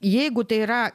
jeigu tai yra